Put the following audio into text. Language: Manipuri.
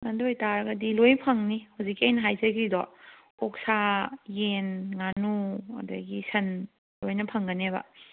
ꯑꯗꯨ ꯑꯣꯏꯕ ꯇꯥꯔꯒꯗꯤ ꯂꯣꯏꯅ ꯐꯪꯅꯤ ꯍꯧꯖꯤꯛꯀꯤ ꯑꯩꯅ ꯍꯥꯏꯖꯈ꯭ꯔꯤꯗꯣ ꯑꯣꯛꯁꯥ ꯌꯦꯟ ꯉꯥꯅꯨ ꯑꯗꯒꯤ ꯁꯟ ꯂꯣꯏꯅ ꯐꯪꯒꯅꯦꯕ